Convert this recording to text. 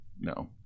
No